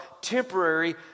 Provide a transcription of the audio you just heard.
temporary